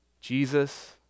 Jesus